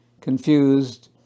confused